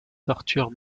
torture